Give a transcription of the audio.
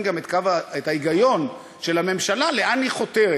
גם את ההיגיון של הממשלה לאן היא חותרת.